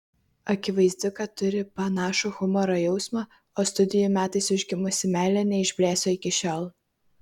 akivaizdu kad turi panašų humoro jausmą o studijų metais užgimusi meilė neišblėso iki šiol